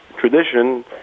tradition